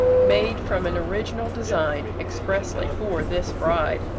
made from an original design expressly for this bride.